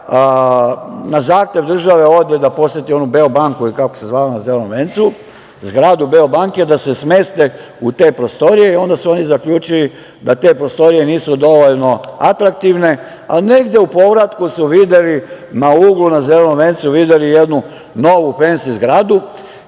na zahtev države ode da poseti onu „Beobanku“, kako se zvala, na Zelenom vencu, zgradu „Beobanke“ da se smeste u te prostorije. Onda su oni zaključili da te prostorije nisu dovoljno atraktivne, ali negde u povratku su videli na Zelenom vencu na uglu novu fensi zgradu